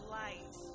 light